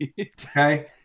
Okay